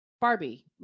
Barbie